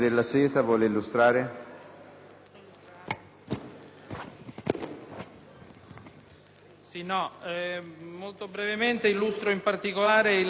Grazie,